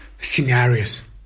scenarios